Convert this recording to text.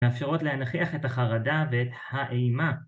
מאפשרות להנכיח את החרדה ואת האימה